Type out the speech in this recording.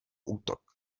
útok